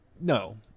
no